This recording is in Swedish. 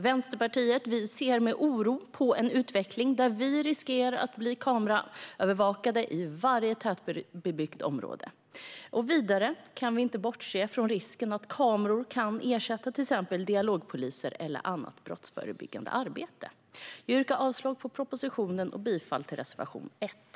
Vänsterpartiet ser med oro på en utveckling där vi riskerar att bli kameraövervakade i varje tätbebyggt område. Vidare kan vi inte bortse från risken att kameror kan ersätta dialogpoliser och annat brottsförebyggande arbete. Jag yrkar avslag på propositionen och bifall till reservation 1.